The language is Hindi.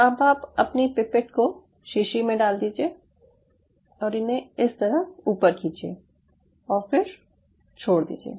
अब आप अपनी पिपेट को शीशी में डाल दीजिये और इन्हे इस तरह ऊपर खींचिए और फिर छोड़ दीजिये